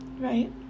Right